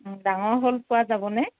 ও ডাঙৰ শ'ল পোৱা যাবনে